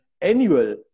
annual